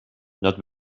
not